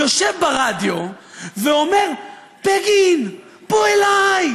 יושב ברדיו ואומר: בגין, בוא אליי,